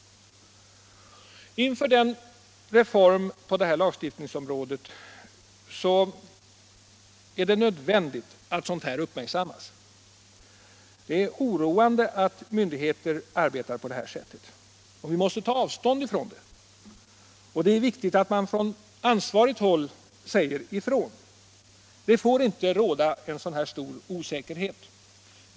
Inför den reform som skall genomföras på detta lagstiftningsområde är det nödvändigt att sådant här uppmärksammas. Det är oroande att myndigheter arbetar på detta sätt. Vi måste ta avstånd från det — det är viktigt att man på ansvarigt håll säger ifrån. Det får inte råda en så här stor osäkerhet.